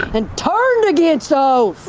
and turned against so ov!